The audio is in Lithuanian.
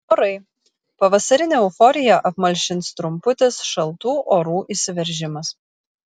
orai pavasarinę euforiją apmalšins trumputis šaltų orų įsiveržimas